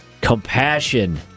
Compassion